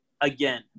again